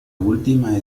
última